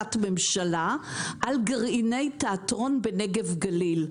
החלטת ממשלה על גרעיני תיאטרון בנגב גליל.